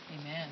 Amen